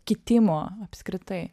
kitimo apskritai